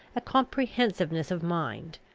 a comprehensiveness of mind,